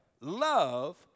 love